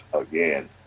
again